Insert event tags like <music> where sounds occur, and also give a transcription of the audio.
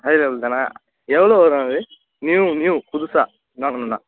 <unintelligible> எவ்வளோ வரும் அது நியூ நியூ புதுசாக வாங்கணும்னா